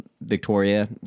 Victoria